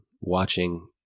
watching